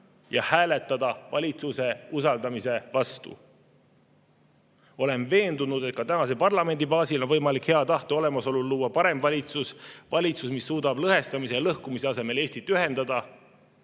ja hääletada valitsuse usaldamise vastu. Olen veendunud, et ka tänase parlamendi baasil on võimalik hea tahte olemasolul luua parem valitsus. Valitsus, mis suudab lõhestamise ja lõhkumise asemel Eestit ühendada.